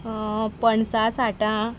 पणसा साठां